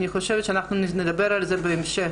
דיברנו ונדבר בהמשך